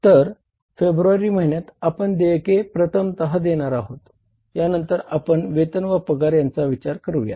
तर फेब्रुवारी महिन्यात आपण हे देयके प्रथमतः देणार आहोत आणि यांनतर आपण वेतन व पगार यांचा विचार करूयात